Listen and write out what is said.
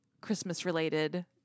Christmas-related